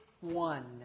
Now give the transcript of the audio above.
one